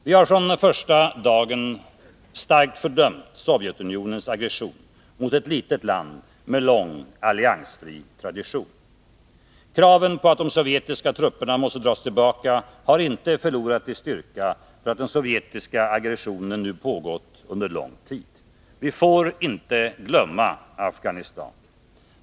Vi har från första dagen starkt fördömt Sovjetunionens aggression mot ett litet land med lång alliansfri tradition. Kraven på att de sovjetiska trupperna måste dras tillbaka har inte förlorat i styrka för att den sovjetiska aggressionen nu pågått under lång tid. Vi får inte glömma Afghanistan.